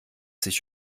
sich